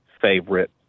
favorite